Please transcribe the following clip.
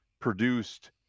produced